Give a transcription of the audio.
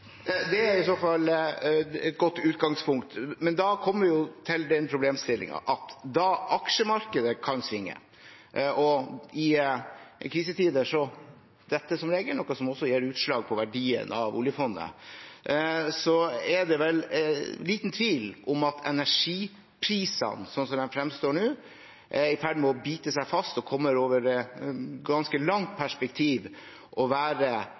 er i så fall et godt utgangspunkt, men da kommer vi jo til den problemstillingen at aksjemarkedet kan svinge. I krisetider detter det som regel, noe som også gir utslag på verdien av oljefondet. Det er vel liten tvil om at energiprisene, som de fremstår nå, er i ferd med å bite seg fast og over et ganske langt perspektiv kommer til å være